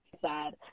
sad